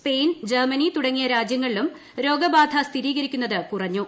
Spain Germany തുടങ്ങിയ രാജ്യങ്ങളിലും രോഗബാധ സ്ഥിരീകരിക്കുന്നത് കുറഞ്ഞു